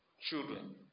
children